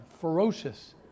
ferocious